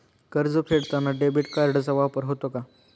कर्ज फेडताना डेबिट कार्डचा वापर होतो का?